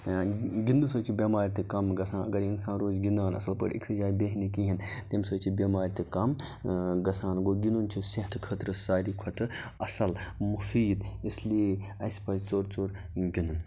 گِندنہٕ سۭتۍ چھِ بیمارِ تہِ کَم گژھان اگرِ اِنسان روزِ گِندان اَصٕل پٲٹھۍ أکسٕے جایہِ بیٚہنہٕ کِہینۍ تَمہِ سۭتۍ چھِ بٮ۪ماِرِ تہِ کَم گژھان گوٚو گِندُن چھُ صحتہٕ خٲطرٕ ساروی کھۄتہٕ اَصٕل مُفیٖد اسی لیے اَسہِ پَزِ ژوٚر ژوٚر گِندُن